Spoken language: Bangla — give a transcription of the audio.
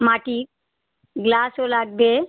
মাটি গ্লাসও লাগবে